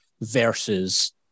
versus